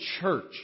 church